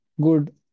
good